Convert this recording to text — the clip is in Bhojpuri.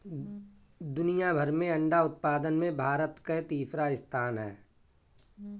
दुनिया भर में अंडा उत्पादन में भारत कअ तीसरा स्थान हअ